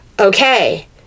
okay